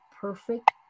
perfect